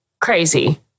Crazy